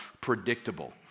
predictable